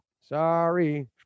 Sorry